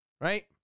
Right